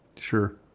Sure